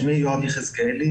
שמי יואב יחזקאלי,